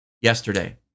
Yesterday